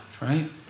Right